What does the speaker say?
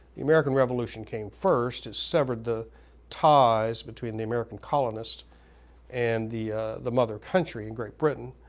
the american revolution came first it severed the ties between the american colonists and the the mother country in great britain.